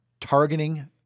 targeting